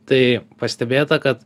tai pastebėta kad